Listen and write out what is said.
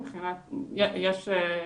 כן.